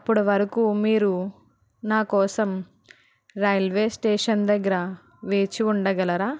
అప్పడు వరకు మీరు నాకోసం రైల్వే స్టేషన్ దగ్గర వేచి ఉండగలరా